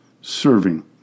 serving